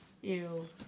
Ew